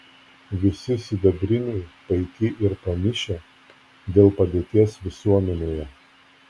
visi sidabriniai paiki ir pamišę dėl padėties visuomenėje